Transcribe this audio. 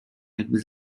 jakby